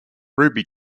ruby